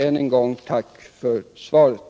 Än en gång tack för svaret.